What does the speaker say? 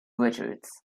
richards